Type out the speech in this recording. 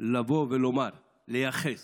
לבוא ולומר ולייחס